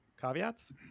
caveats